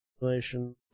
Relation